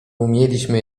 umieliśmy